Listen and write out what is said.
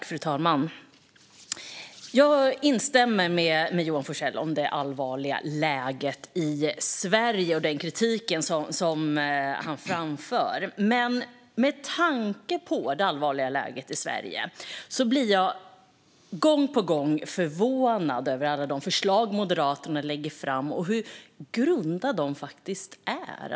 Fru talman! Jag instämmer i Johan Forssells beskrivning av det allvarliga läget i Sverige och den kritik som han framför. Men med tanke på det allvarliga läget i Sverige blir jag gång på gång förvånad över alla de förslag Moderaterna lägger fram och hur grunda de faktiskt är.